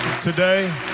today